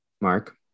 Mark